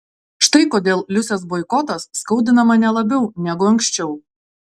štai kodėl liusės boikotas skaudina mane labiau negu anksčiau